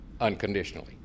unconditionally